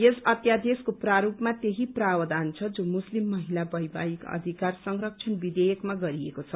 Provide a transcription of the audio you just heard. यस अध्यादेशको प्रारूपमा त्यही प्रावधान छ जो मुस्लिम महिला वैवाहिक अधिकार संरक्षण विधेयकमा गरिएको छ